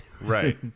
Right